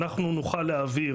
אנחנו נוכל להעביר,